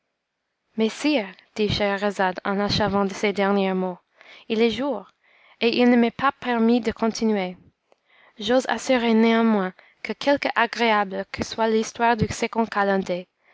sire dit scheherazade en achevant ces derniers mots il est jour et il ne m'est pas permis de continuer j'ose assurer néanmoins que quelque agréable que soit l'histoire du second calender